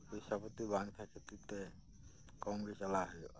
ᱯᱚᱭᱥᱟ ᱯᱟᱛᱤ ᱵᱟᱝ ᱛᱟᱦᱮᱸ ᱠᱷᱟᱛᱤᱨ ᱛᱮ ᱠᱚᱢ ᱜᱮ ᱪᱟᱞᱟᱜ ᱦᱩᱭᱩᱜᱼᱟ